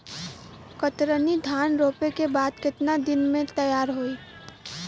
कतरनी धान रोपे के बाद कितना दिन में तैयार होई?